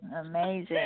amazing